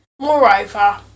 moreover